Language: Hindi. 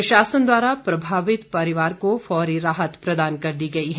प्रशासन द्वारा प्रभावित परिवार को फौरी राहत प्रदान कर दी गई है